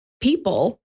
people